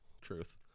truth